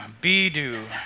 be-do